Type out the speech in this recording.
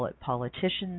politicians